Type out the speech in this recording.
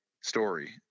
story